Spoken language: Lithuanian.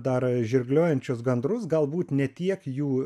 daro žirgliojančius gandrus galbūt ne tiek jų